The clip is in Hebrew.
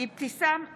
אבתיסאם מראענה,